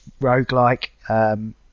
roguelike